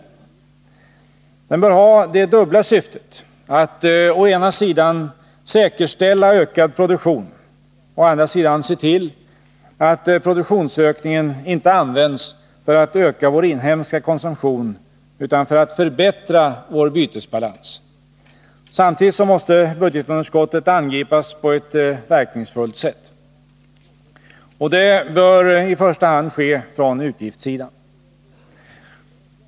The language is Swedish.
Den bör ha det dubbla syftet att å ena sidan säkerställa ökad produktion och å andra sidan se till att produktionsökningen inte används för att öka vår inhemska konsumtion utan för att förbättra vår bytesbalans. Samtidigt måste budgetunderskottet angripas på ett verkningsfullt sätt. Och det bör i första hand ske från utgiftssidan.